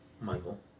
Michael